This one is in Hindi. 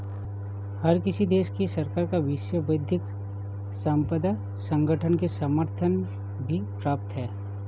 हर किसी देश की सरकार का विश्व बौद्धिक संपदा संगठन को समर्थन भी प्राप्त है